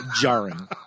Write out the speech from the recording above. jarring